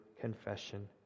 confession